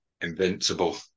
Invincible